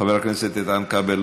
חבר הכנסת איתן כבל,